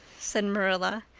said marilla.